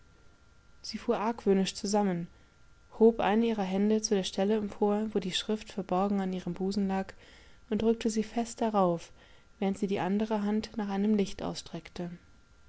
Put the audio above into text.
sie fuhr argwöhnisch zusammen hob eine ihrer hände zu der stelle empor wo die schrift verborgen an ihrem busen lag und drückte sie fest darauf während sie die anderehandnacheinemlichtausstreckte